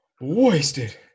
Wasted